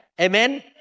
Amen